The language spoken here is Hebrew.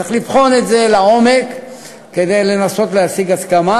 צריך לבחון את זה לעומק כדי לנסות להשיג הסכמה.